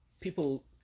people